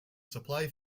supply